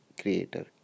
creator